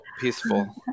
Peaceful